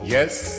Yes